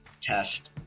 test